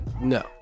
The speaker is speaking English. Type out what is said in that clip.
no